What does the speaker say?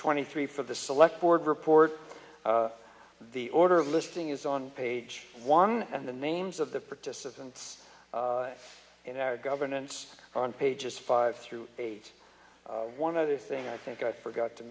twenty three for the select board report the order listing is on page one and the names of the participants in our governance on pages five through eight one other thing i think i forgot to